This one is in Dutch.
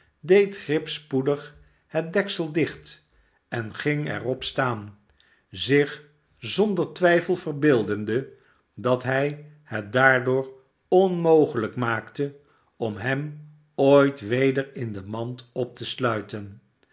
deed grip spoedig het deksel dicht en ging er op staan zich zonder twijfel verbeeldende dat hij het daardoor onmoge lijk maakte om hem ooit weder in de mand op te sluiten